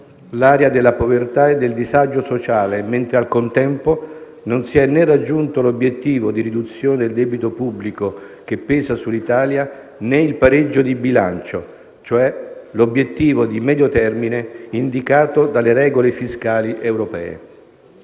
l'area della povertà e del disagio sociale, mentre, al contempo, non si è né raggiunto l'obiettivo di riduzione del debito pubblico che pesa sull'Italia, né il pareggio di bilancio, cioè l'obiettivo di medio termine indicato dalle regole fiscali europee.